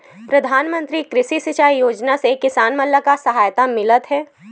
प्रधान मंतरी कृषि सिंचाई योजना अउ योजना से किसान मन ला का सहायता मिलत हे?